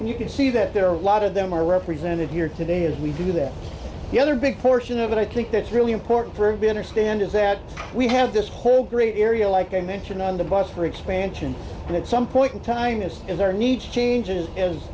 and you can see that there are a lot of them are represented here today as we do that the other big portion of it i think that's really important for better standards that we have this whole green area like a mention on the bus for expansion at some point in time this is there needs changes